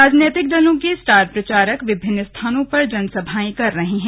राजनीतिक दलों के स्टार प्रचारक विभिन्न स्थानों पर जनसभाएं कर रहे हैं